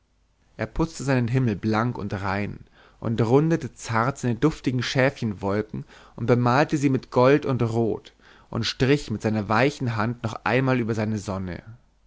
er putzte seinen himmel blank und rein und rundete zart seine duftigen schäfchenwolken und bemalte sie mit gold und rot und strich mit seiner weichen hand noch einmal über seine sonne